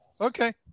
Okay